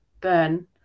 Burn